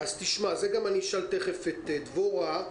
את זה גם אשאל תכף את דבורה.